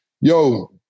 Yo